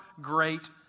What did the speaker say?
great